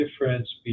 difference